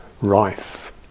rife